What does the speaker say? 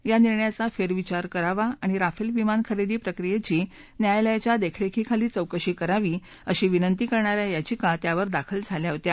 या निर्णयाचा फेरविचार करावा आणि राफेल विमानखरेदी प्रक्रियेची न्यायालयाच्या देखरेखीखाली चौकशी करावी अशी विनंती करणाऱ्या याचिका त्यावर दाखल झाल्या होत्या